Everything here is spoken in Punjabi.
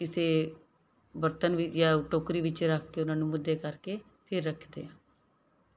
ਕਿਸੇ ਬਰਤਨ ਵੀ ਜਾ ਟੋਕਰੀ ਵਿੱਚ ਰੱਖ ਕੇ ਉਹਨਾਂ ਨੂੰ ਮੁੱਧੇ ਕਰਕੇ ਫਿਰ ਰੱਖਦੇ ਆ